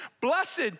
Blessed